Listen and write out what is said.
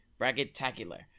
Bracketacular